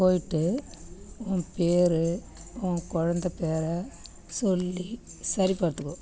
போயிட்டு உன் பேர் உன் குழந்த பேரை சொல்லி சரிபார்த்துக்கோ